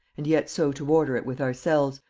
and yet so to order it with ourselves,